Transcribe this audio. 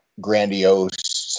grandiose